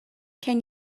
can